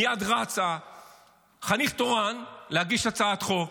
מייד רץ חניך תורן להגיש הצעת חוק.